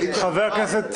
חבר הכנסת